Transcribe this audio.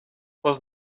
was